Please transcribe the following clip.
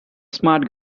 smart